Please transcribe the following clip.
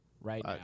right